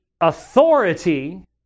authority